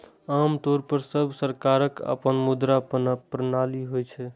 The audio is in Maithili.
आम तौर पर सब सरकारक अपन मुद्रा प्रणाली होइ छै